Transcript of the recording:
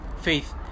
faith